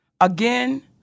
Again